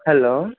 hello